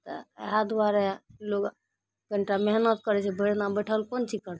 तऽ इएहे दुआरे लोग कनिटा मेहनत करय छै भरि दिना बइठल कोन चीज करतय